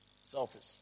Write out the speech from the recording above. Selfish